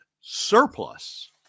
surplus